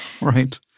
Right